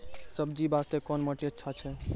सब्जी बास्ते कोन माटी अचछा छै?